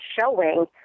showing